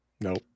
Nope